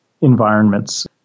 environments